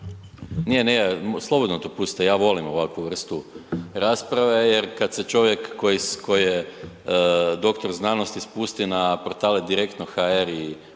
Nije, nije, slobodno to pustite, ja volim ovakvu vrstu rasprave jer kad se čovjek koji je doktor znanosti spusti na portale Direktno.hr i